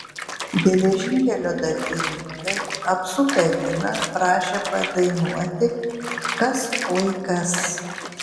geležinkelio darbininkai apsupę liną prašė padainuoti kas oi kas